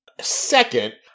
Second